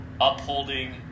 upholding